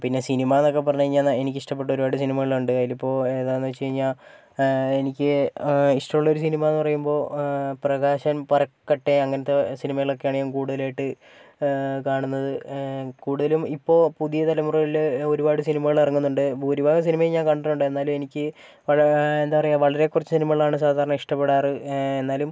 പിന്നെ സിനിമ എന്നൊക്കെ പറഞ്ഞുകഴിഞ്ഞാൽ എനിക്കിഷ്ടപ്പെട്ട ഒരുപാട് സിനിമകളുണ്ട് അതിൽ ഇപ്പോൾ ഏതാണെന്ന് വെച്ചുകഴിഞ്ഞാൽ എനിക്ക് ഇഷ്ടമുള്ളൊരു സിനിമ എന്ന് പറയുമ്പോൾ പ്രകാശൻ പരക്കട്ടെ അങ്ങനത്തെ സിനിമകളൊക്കെയാണ് ഞാൻ കൂടുതലായിട്ട് കാണുന്നത് കൂടുതലും ഇപ്പോൾ പുതിയ തലമുറകളിലെ ഒരുപാട് സിനിമകൾ ഇറങ്ങുന്നുണ്ട് ഭൂരിഭാഗം സിനിമയും ഞാൻ കണ്ടിട്ടുണ്ട് എന്നാലും എനിക്ക് എന്താണ് പറയുക വളരെ കുറച്ച് സിനിമകളാണ് സാധാരണ ഇഷ്ടപ്പെടാറ് എന്നാലും